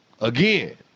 Again